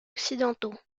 occidentaux